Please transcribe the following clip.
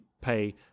pay